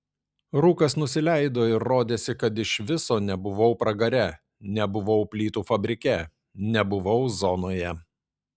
rūkas nusileido ir rodėsi kad iš viso nebuvau pragare nebuvau plytų fabrike nebuvau zonoje